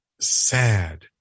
sad